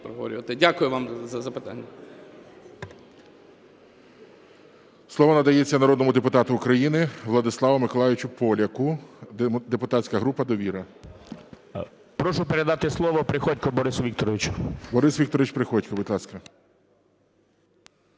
Дякую вам за запитання.